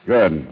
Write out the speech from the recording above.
Good